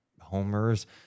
homers